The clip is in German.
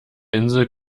insel